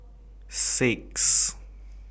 six